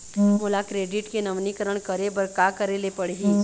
मोला क्रेडिट के नवीनीकरण करे बर का करे ले पड़ही?